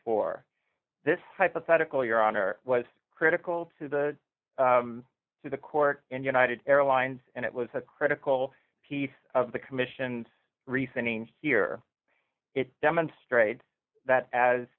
four this hypothetical your honor was critical to the to the court and united airlines and it was a critical piece of the commission's resigning here it demonstrates that as